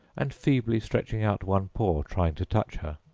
and feebly stretching out one paw, trying to touch her.